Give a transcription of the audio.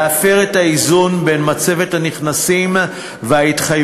להפר את האיזון בין מצבת הנכנסים וההתחייבויות